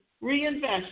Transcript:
reinvest